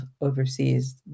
overseas